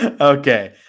Okay